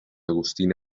agustín